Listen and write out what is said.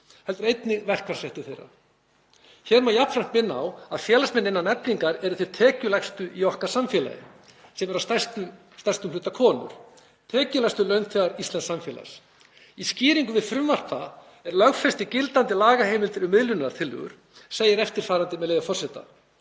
heldur einnig verkfallsrétti þeirra. Hér má jafnframt minna á að félagsmenn innan Eflingar eru þeir tekjulægstu í okkar samfélagi, og eru að stærstum hluta konur, tekjulægstu launþegar íslensks samfélags. Í skýringum við frumvarp það er lögfesti gildandi lagaheimildir um miðlunartillögur segir, með leyfi forseta: